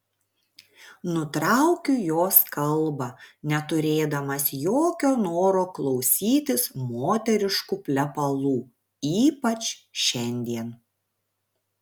nutraukiu jos kalbą neturėdamas jokio noro klausytis moteriškų plepalų ypač šiandien